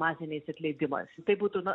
masiniais atleidimas ir tai būtų na